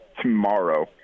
tomorrow